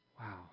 Wow